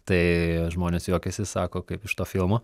tai žmonės juokėsi sako kaip iš to filmo